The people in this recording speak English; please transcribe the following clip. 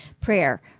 prayer